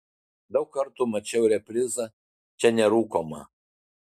daug kartų mačiau reprizą čia nerūkoma